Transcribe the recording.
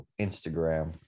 Instagram